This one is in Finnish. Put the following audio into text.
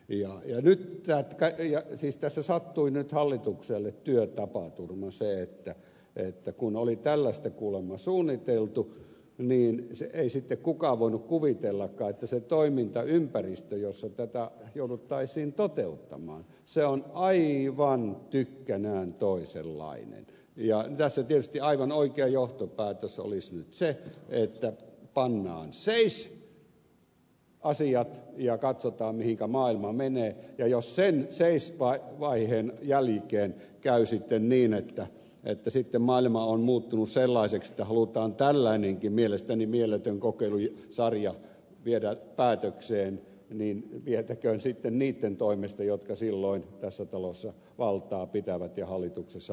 ja nyt siis tässä sattui hallitukselle työtapaturma se että kun oli tällaista kuulemma suunniteltu niin ei sitten kukaan voinut kuvitellakaan että se toimintaympäristö jossa tätä jouduttaisiin toteuttamaan on aivan tykkänään toisenlainen ja tässä tietysti aivan oikea johtopäätös olisi nyt se että pannaan asiat seis ja katsotaan mihinkä maailma menee ja jos sen seis vaiheen jälkeen käy sitten niin että sitten maailma on muuttunut sellaiseksi että halutaan tällainenkin mielestäni mieletön kokeilusarja viedä päätökseen niin vietäköön sitten niitten toimesta jotka silloin tässä talossa valtaa pitävät ja hallituksessa valtaa pitävät